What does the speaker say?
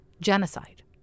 genocide